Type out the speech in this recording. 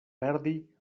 perdi